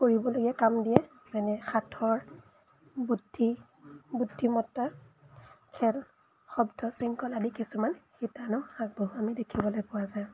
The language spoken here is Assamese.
কৰিবলগীয়া কাম দিয়ে যেনে সাঁথৰ বুদ্ধি বুদ্ধিমত্তা খেল শব্দ শৃংখল আদি কিছুমান শিতানো আগবঢ়োৱা আমি দেখিবলৈ পোৱা যায়